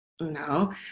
no